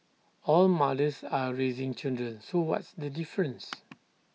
all mothers are raising children so what's the difference